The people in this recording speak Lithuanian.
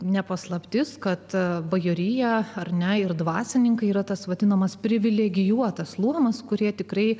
ne paslaptis kad bajorija ar ne ir dvasininkai yra tas vadinamas privilegijuotas luomas kurie tikrai